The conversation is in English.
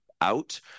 out